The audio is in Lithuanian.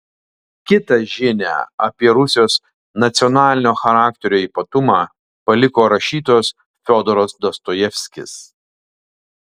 kitą žinią apie rusijos nacionalinio charakterio ypatumą paliko rašytojas fiodoras dostojevskis